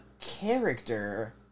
character